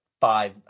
five –